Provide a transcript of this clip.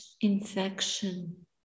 infection